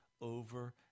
over